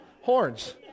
Horns